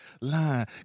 line